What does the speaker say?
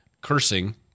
cursing